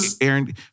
Aaron